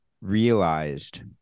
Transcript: realized